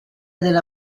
della